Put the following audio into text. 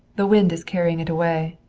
the wind is carrying it away.